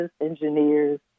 engineers